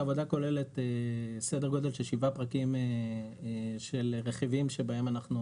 העבודה כוללת סדר גודל של שבעה פרקים של רכיבים שבהם אנחנו